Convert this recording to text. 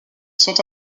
sont